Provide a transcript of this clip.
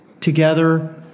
together